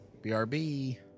BRB